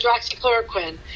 hydroxychloroquine